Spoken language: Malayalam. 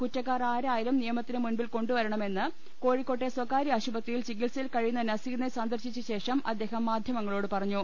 കുറ്റക്കാർ ആരായാലും നിയമത്തിന് മുന്നിൽ കൊണ്ടു വരണമെന്ന് കോഴിക്കോട്ടെ സ്വകാര്യ ആശുപ ത്രിയിൽ ചികിത്സയിൽ കഴിയുന്ന നസീറിനെ സന്ദർശിച്ച ശേഷം അദ്ദേഹം മാധ്യമങ്ങളോട് പറഞ്ഞു